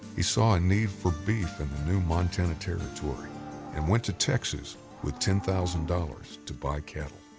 he saw a need for beef in the new montana territory and went to texas with ten thousand dollars to buy cattle.